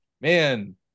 man